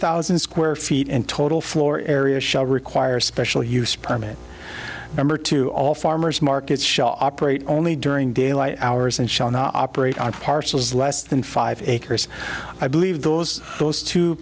thousand square feet in total floor area shall require special use permit number two all farmers markets operate only during daylight hours and shall not operate on parcels less than five acres i believe those those two